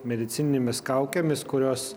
medicininėmis kaukėmis kurios